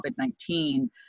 COVID-19